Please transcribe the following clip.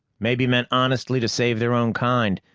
maybe meant honestly to save their own kind.